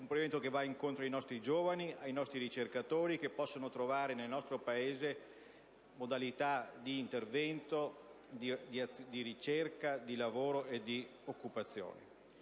incontro anche ai nostri giovani ricercatori, che possono trovare nel nostro Paese modalità di intervento, di ricerca, di lavoro e di occupazione),